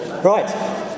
Right